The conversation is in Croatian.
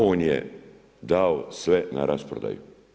On je dao sve na rasprodaju.